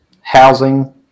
housing